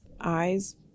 eyes